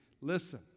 Listen